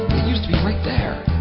used to be right there.